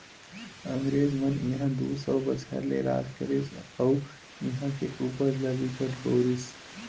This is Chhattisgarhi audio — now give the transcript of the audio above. अंगरेज मन इहां दू सौ बछर ले राज करिस अउ इहां के उपज ल बिकट बउरिस